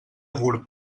gurb